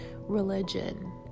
religion